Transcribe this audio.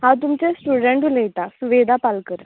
हांव तुमचें स्टुडंत उलयतां वेदा पालकर